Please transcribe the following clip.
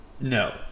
no